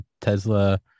Tesla